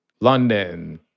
London